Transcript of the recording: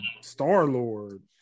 Star-Lord